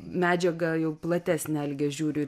medžiagą jau platesnę alge žiūriu